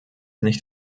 nicht